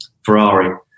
Ferrari